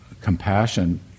compassion